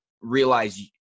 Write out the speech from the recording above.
realize